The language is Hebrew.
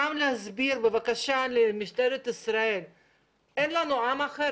גם להסביר לשוטרים שאין לנו עם אחר,